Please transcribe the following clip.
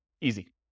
Easy